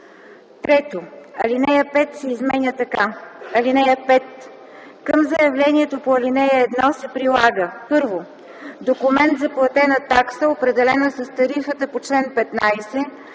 3. Алинея 5 се изменя така: „(5) Към заявлението по ал. 1 се прилага: 1. документ за платена такса, определена с тарифата по чл. 15,